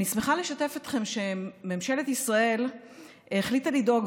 אני שמחה לשתף אתכם שממשלת ישראל החליטה לדאוג